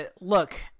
Look